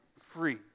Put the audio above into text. free